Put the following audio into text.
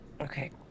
Okay